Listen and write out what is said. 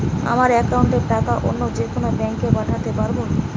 আমার একাউন্টের টাকা অন্য যেকোনো ব্যাঙ্কে পাঠাতে পারব?